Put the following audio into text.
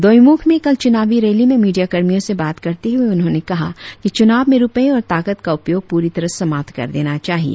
दोईमुख में कल चुनावी रैली में मिडीया कर्मियों से बात करते हुए उन्होंने कहा कि चुनाव में रुपए और ताकत का उपयोग पूरी तरह समाप्त कर देना चाहिए